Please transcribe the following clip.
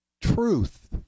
Truth